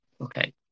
okay